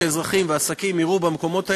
כאזרחים ועסקים, נראה במקומות האלה,